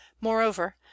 moreover